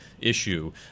issue